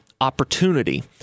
opportunity